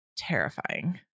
Terrifying